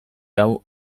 hau